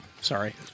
Sorry